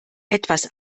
etwas